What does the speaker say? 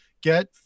get